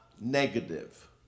negative